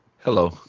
hello